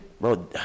bro